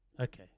Okay